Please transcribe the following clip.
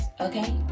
okay